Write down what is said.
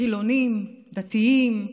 חילונים, דתיים,